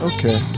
Okay